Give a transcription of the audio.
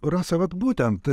rasa vat būtent